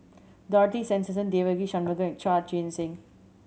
Dorothy Tessensohn Devagi Sanmugam and Chua Joon Siang